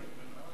סליחה.